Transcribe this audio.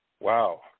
Wow